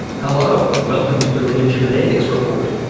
hello. welcome to the religion and ethics report.